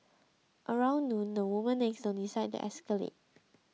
around noon the woman next door decides to escalate